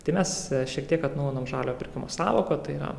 tai mes šiek tiek atnaujinom žaliojo pirkimo sąvoką tai yra